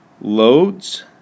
loads